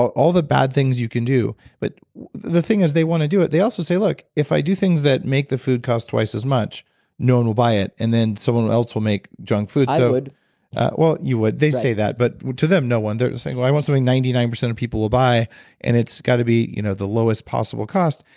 all all the bad things you can do, but the thing is, they want to do it. they also say look, if i do things that make the food cost twice as much no one will buy it. and then someone else will make junk food. so i would well, you would. they say that, but to them, no one. they're saying, well, i want something ninety nine percent of people will buy and it's got to be you know the lowest possible cost.